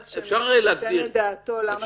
אז שמישהו ייתן את דעתו למה צריך גם להאריך את ההתיישנות.